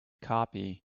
copy